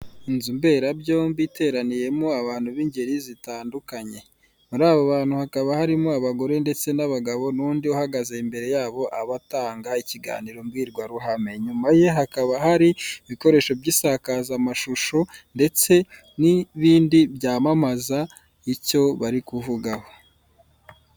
Inzu mbera byombi iteraniyemo abantu binjyeri zitandukanye, murabo bantu harimo abagore ndetse n'abagabo n'undi uhagaze imbere yabo atanga ikiganiro mu bwirwaruhame. Inyuma ye hakaba hari ibikoresho by'isakaza mashusho ndetse n'ibindi by'amamaza icyo bari kuvuga.